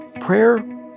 Prayer